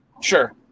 Sure